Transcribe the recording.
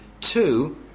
two